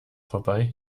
vorbei